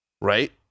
right